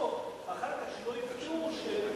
אחר כך שלא יופתעו שבעלי,